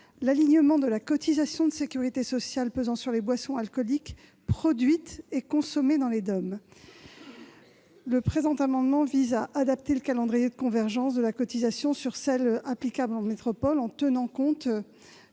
l'alignement de la cotisation de sécurité sociale pesant sur les boissons alcooliques produites et consommées dans les départements d'outre-mer. Il tend à adapter le calendrier de convergence de la cotisation sur celle qui est applicable en métropole, en tenant compte